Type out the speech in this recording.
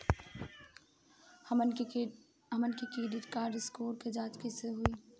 हमन के credit score के जांच कैसे होइ?